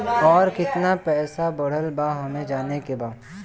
और कितना पैसा बढ़ल बा हमे जाने के बा?